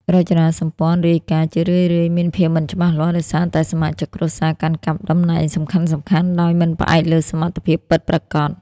រចនាសម្ព័ន្ធរាយការណ៍ជារឿយៗមានភាពមិនច្បាស់លាស់ ដោយសារតែសមាជិកគ្រួសារកាន់កាប់តំណែងសំខាន់ៗដោយមិនផ្អែកលើសមត្ថភាពពិតប្រាកដ។